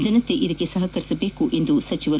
ಜನತೆ ಇದಕ್ಕೆ ಸಹಕರಿಸಬೇಕು ಎಂದರು